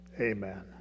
Amen